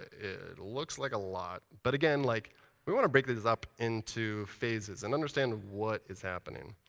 it looks like a lot, but again, like we want to break these up into phases and understand what is happening.